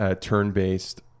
turn-based